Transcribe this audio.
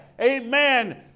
amen